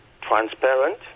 transparent